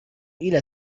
إلى